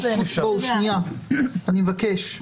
שנייה, אני מבקש.